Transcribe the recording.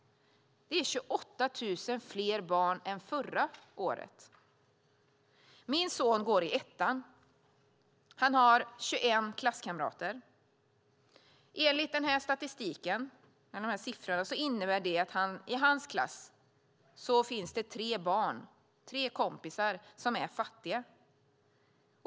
Det är 28 000 fler barn än förra året. Min son går i ettan, och han har 21 klasskamrater. Enligt statistiken innebär det att tre av hans kompisar i klassen är fattiga.